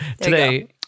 Today